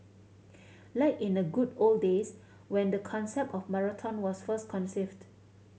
like in the good old days when the concept of marathon was first conceived